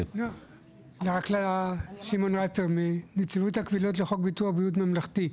אני מנציבות קבילות לחוק ביטוח בריאות ממלכתי.